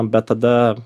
bet tada